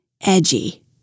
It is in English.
edgy